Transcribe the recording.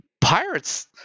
pirates